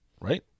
right